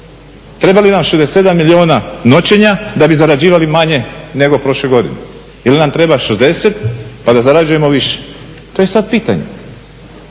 Trebali nam 67 milijuna noćenja da bi zarađivali manje nego prošle godine ili nam treba 60 pa da zarađujemo više, to je sada pitanje?